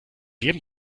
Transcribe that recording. jedem